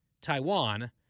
Taiwan